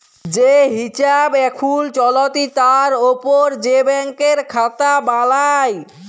যে হিছাব এখুল চলতি তার উপর যে ব্যাংকের খাতা বালাই